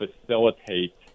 facilitate